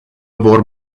vor